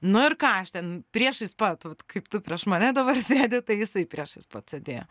nu ir ką aš ten priešais pat kaip tu prieš mane dabar sėdi tai jisai priešais pat sėdėjo